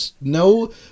no